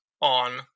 on